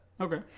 Okay